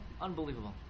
unbelievable